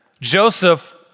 Joseph